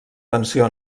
tensió